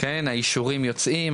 האישורים יוצאים,